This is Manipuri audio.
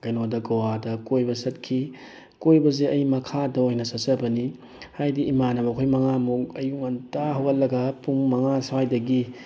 ꯀꯩꯅꯣꯗ ꯒꯣꯋꯥꯗ ꯀꯣꯏꯕ ꯆꯠꯈꯤ ꯀꯣꯏꯕꯁꯦ ꯑꯩ ꯃꯈꯥꯗ ꯑꯣꯏꯅ ꯆꯠꯆꯕꯅꯤ ꯍꯥꯏꯗꯤ ꯏꯃꯥꯟꯅꯕ ꯑꯩꯈꯣꯏ ꯃꯉꯥꯃꯨꯛ ꯑꯌꯨꯛ ꯉꯟꯇꯥ ꯍꯧꯒꯠꯂꯒ ꯄꯨꯡ ꯃꯉꯥ ꯁ꯭ꯋꯥꯏꯗꯒꯤ